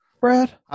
brad